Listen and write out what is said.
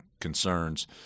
concerns